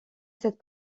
cette